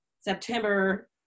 september